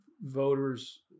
voters